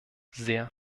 sehr